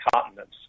continents